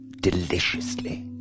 deliciously